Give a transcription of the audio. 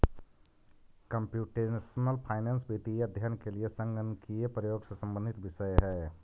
computational finance वित्तीय अध्ययन के लिए संगणकीय प्रयोग से संबंधित विषय है